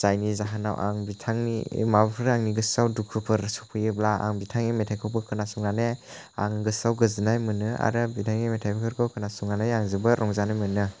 जायनि जाहोनाव आं बिथांनि माबाफोर आंनि गोसोआव दुखुफोर सौफैयोब्ला आं बिथांनि मेथाइखौबो खोनासंनानै आं गोसोआव गोजोननाय मोनो आरो बिथांनि मेथाइफोरखौ खोनासंनानै आं जोबोर रंजानाय मोनो